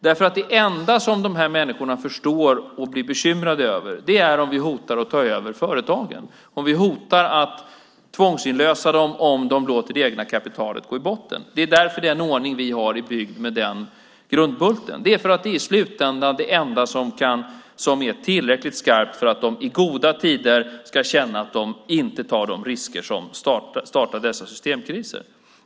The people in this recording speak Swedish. Det enda som de här människorna förstår och blir bekymrade över är om vi hotar att ta över företagen, om vi hotar att tvångsinlösa dem om de låter det egna kapitalet gå i botten. Det är därför den ordning vi har är byggd med den grundbulten. Det är för att det i slutändan är det enda som är tillräckligt skarpt för att de i goda tider ska känna att de inte tar de risker som startar dessa systemkriser.